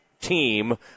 team